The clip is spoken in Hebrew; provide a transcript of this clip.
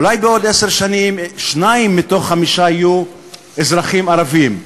אולי בעוד עשר שנים שניים מכל חמישה יהיו אזרחים ערבים.